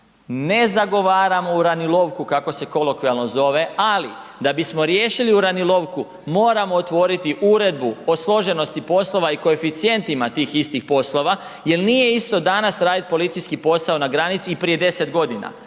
Ne zagovaram uranilovku kako se kolokvijalno zove ali da bismo riješili uranilovku moramo otvoriti uredbu o složenosti poslova i koeficijentima tim istih poslova jer nije isto danas raditi policijski posao na granici i prije 10 godina.